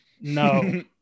no